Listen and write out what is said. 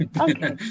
okay